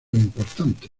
importante